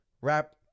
rap